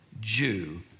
Jew